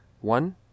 One